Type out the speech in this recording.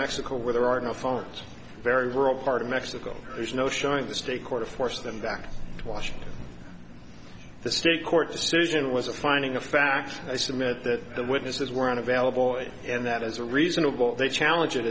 mexico where there are no phones very rural part of mexico there's no showing the state court to force them back to washington the state court decision was a finding of fact i submit that the witnesses were unavailable and that as a reasonable they challenge it